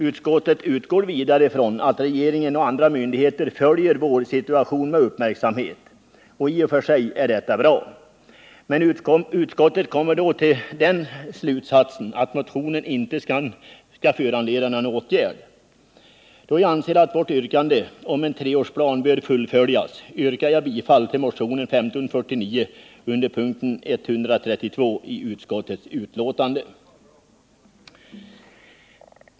Utskottet utgår vidare från att regeringen och andra myndigheter följer situationen i Värmland med uppmärksamhet. Det är i och för sig bra, men utskottet kommer till slutsatsen att motionen inte bör föranleda någon åtgärd. Då jag således anser att vårt förslag om en treårsplan bör genomföras, yrkar jag bifall till motionen 1549 under punkten 132 i utskottets betänkande.